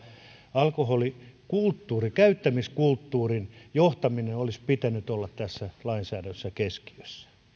alkoholikulttuurin käyttämiskulttuurin johtamisen olisi pitänyt olla tässä lainsäädännössä keskiössä